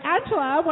Angela